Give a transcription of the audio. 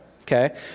okay